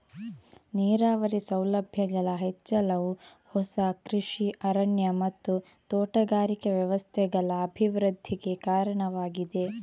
ನೀರಾವರಿ ಸೌಲಭ್ಯಗಳ ಹೆಚ್ಚಳವು ಹೊಸ ಕೃಷಿ ಅರಣ್ಯ ಮತ್ತು ತೋಟಗಾರಿಕೆ ವ್ಯವಸ್ಥೆಗಳ ಅಭಿವೃದ್ಧಿಗೆ ಕಾರಣವಾಗಿದೆ